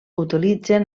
utilitzen